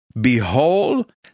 behold